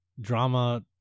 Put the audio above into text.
drama